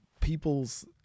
people's